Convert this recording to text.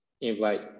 invite